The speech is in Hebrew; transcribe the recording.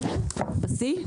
בשיא?